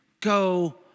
go